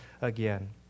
again